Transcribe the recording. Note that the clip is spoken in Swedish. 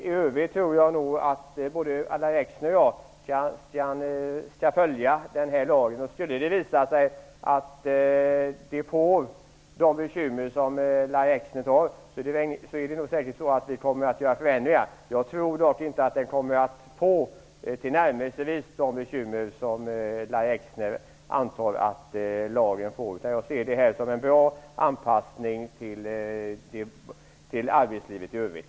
I övrigt tror jag nog att både Lahja Exner och jag skall följa tillämpningen av den här lagen, och skulle det visa sig att de bekymmer som Lahja Exner befarar uppstår kommer vi säkert att ändra den. Jag tror dock inte att den kommer att medföra tillnärmelsevis sådana bekymmer som Lahja Exner antar. Jag ser det här som en bra anpassning till arbetslivet i övrigt.